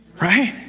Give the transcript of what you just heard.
Right